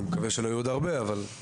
אני מקווה שלא יהיו עוד הרבה כאלו,